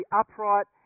upright